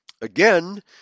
Again